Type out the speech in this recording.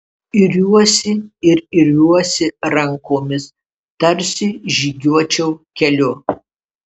iriuosi ir iriuosi rankomis tarsi žygiuočiau keliu